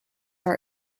are